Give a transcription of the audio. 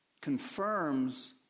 confirms